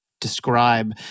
Describe